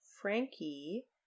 Frankie